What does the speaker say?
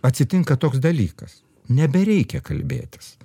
atsitinka toks dalykas nebereikia kalbėtis